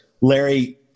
Larry